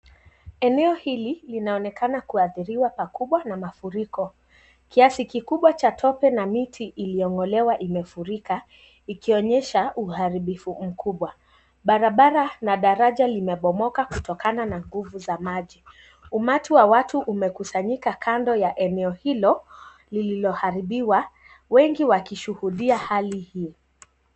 Eneo hili linaonekana kuathiriwa na mafuriko. Kiasi kikubwa cha tope na miti iliyong'olewa imefurika, ikionyesha uharibifu mkubwa. Barabara na daraja limebomoka kutokana na nguvu za maji. Umati wa watu umekusanyika kando ya eneo hilo lililoharibiwa, wengi wakishuhudia hali hiyo.